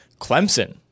clemson